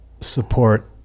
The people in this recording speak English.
support